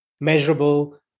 measurable